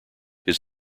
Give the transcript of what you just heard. his